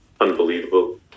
unbelievable